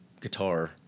guitar